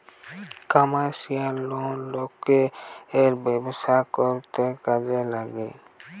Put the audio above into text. commercial loan লোকের ব্যবসা করতে কাজে লাগছে